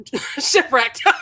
shipwrecked